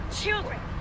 children